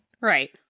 Right